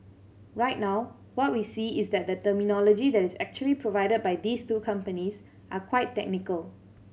right now what we see is that the terminology that is actually provided by these two companies are quite technical